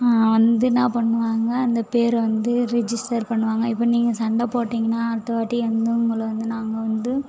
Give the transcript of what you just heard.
வந்து என்ன பண்ணுவாங்க அந்த பேரை வந்து ரிஜிஸ்டர் பண்ணுவாங்க இப்போ நீங்கள் சண்டை போட்டிங்கன்னால் அடுத்தவாட்டி வந்து உங்களை வந்து நாங்கள் வந்து